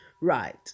Right